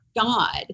God